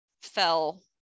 fell